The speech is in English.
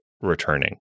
returning